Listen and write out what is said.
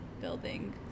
Building